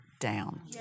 down